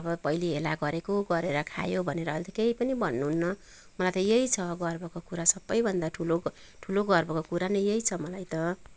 अब पहिले हेला गरेको गरेर खायो भनेर अहिले त केही पनि भन्नुहुन्न मलाई त यही छ गर्वको कुरा सबैभन्दा ठुलो ठुलो गर्वको कुरा नै यही छ मलाई त